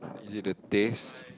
is it the taste